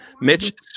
Mitch